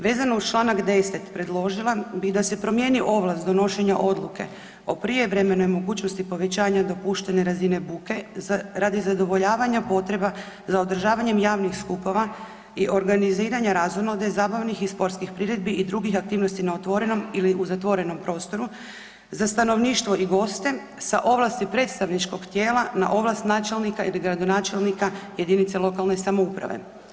Vezano uz Članak 10. predložila bi da se promijeni ovlast donošenja odluke o prijevremenoj mogućnosti povećanja dopuštene razine buke radi zadovoljavanja potreba za održavanjem javnih skupova i organiziranja razonode, zabavnih i sportskih priredbi na otvorenom ili u zatvorenom prostoru za stanovništvo i goste sa ovlasti predstavničkog tijela na ovlast načelnika ili gradonačelnika jedinice lokalne samouprave.